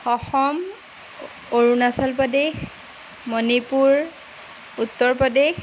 Assam Arunachal Pradesh Manipur Uttar Pradesh